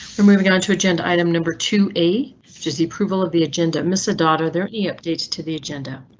we're moving on to agenda item number two a, which is the approval of the agenda mr. daughter there any updates to the agenda?